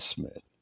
Smith